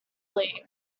league